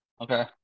Okay